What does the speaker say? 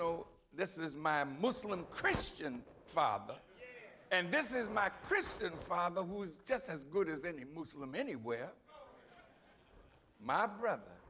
know this is my muslim christian father and this is my christian father who is just as good as any muslim anywhere my brother